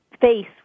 face